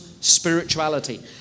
spirituality